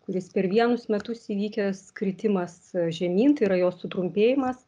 kuris per vienus metus įvykęs kritimas žemyn tai yra jos sutrumpėjimas